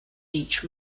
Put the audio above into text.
each